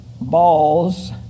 balls